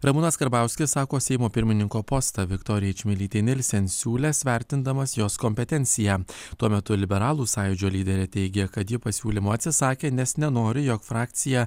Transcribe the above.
ramūnas karbauskis sako seimo pirmininko postą viktorijai čmilytei nilsen siūlęs vertindamas jos kompetenciją tuo metu liberalų sąjūdžio lyderė teigė kad ji pasiūlymo atsisakė nes nenori jog frakcija